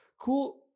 cool